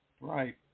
Right